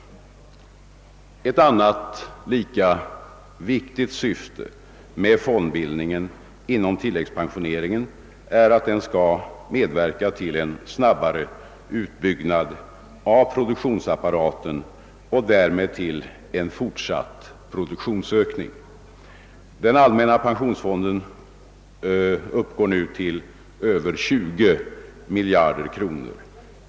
Ett annat lika viktigt syfte med fondbildningen inom tilläggspensioneringen är att den skall medverka till en snabbare utbyggnad av produktionsapparaten och därmed till en fortsatt produktionsökning. Den allmänna pensionsfonden uppgår nu till över 20 miljarder kronor.